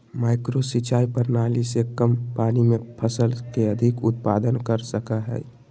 micro सिंचाई प्रणाली से कम पानी में फसल के अधिक उत्पादन कर सकय हइ